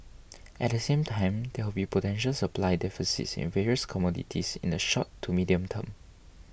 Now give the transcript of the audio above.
at the same time there will be potential supply deficits in various commodities in the short to medium term